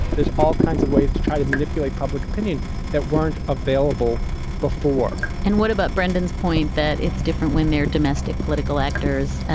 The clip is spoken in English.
there's all kinds of ways to try to manipulate public opinion that weren't available before and what about brendan's point that it's different when they're domestic political actors?